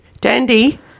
Dandy